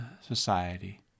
society